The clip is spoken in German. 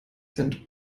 cent